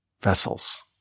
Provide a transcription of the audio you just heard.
vessels